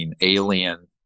Alien